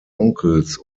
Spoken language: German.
onkels